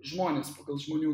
žmones pagal žmonių